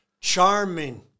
charming